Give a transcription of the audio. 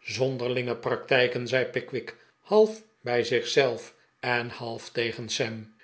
zonderlinge praktijken zei pickwick half bij zich zelf en half tegen sam